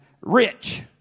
rich